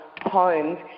Homes